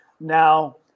Now